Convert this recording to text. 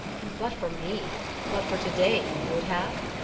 and but for me but for to-day you would have?